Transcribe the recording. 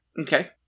Okay